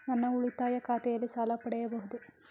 ನನ್ನ ಉಳಿತಾಯ ಖಾತೆಯಲ್ಲಿ ಸಾಲ ಪಡೆಯಬಹುದೇ?